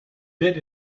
bit